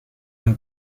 ein